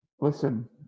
listen